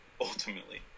ultimately